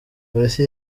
polisi